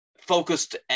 focused